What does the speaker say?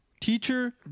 teacher